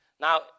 Now